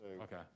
Okay